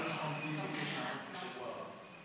השר לביטחון הפנים ביקש להעלות בשבוע הבא.